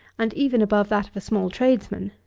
and even above that of a small tradesman.